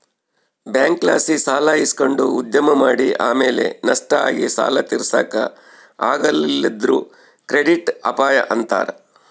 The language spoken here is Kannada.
ಬ್ಯಾಂಕ್ಲಾಸಿ ಸಾಲ ಇಸಕಂಡು ಉದ್ಯಮ ಮಾಡಿ ಆಮೇಲೆ ನಷ್ಟ ಆಗಿ ಸಾಲ ತೀರ್ಸಾಕ ಆಗಲಿಲ್ಲುದ್ರ ಕ್ರೆಡಿಟ್ ಅಪಾಯ ಅಂತಾರ